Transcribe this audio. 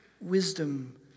Wisdom